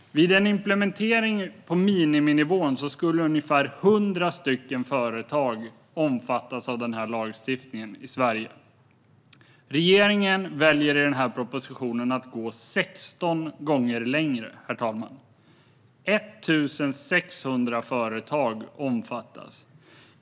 Vid en implementering på miniminivå skulle ungefär 100 företag omfattas av lagstiftningen i Sverige. Regeringen väljer i propositionen att gå 16 gånger längre: 1 600 företag omfattas.